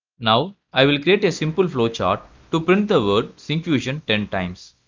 now i will create a simple flow chart to print the word syncfusion ten times.